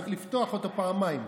צריך לפתוח אותו פעמיים.